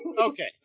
Okay